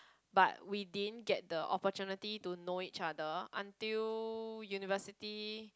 but we didn't get the opportunity to know each other until university